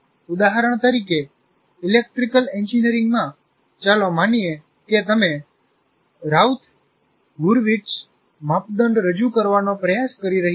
ઉદાહરણ તરીકે ઇલેક્ટ્રિકલ એન્જિનિયરિંગમાં ચાલો માનીએ કે તમે રાઉથ હુરવિટ્ઝ માપદંડ રજૂ કરવાનો પ્રયાસ કરી રહ્યા છો